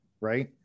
right